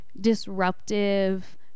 disruptive